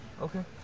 Okay